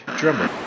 drummer